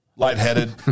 Lightheaded